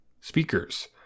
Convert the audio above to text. speakers